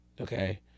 Okay